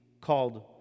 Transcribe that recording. called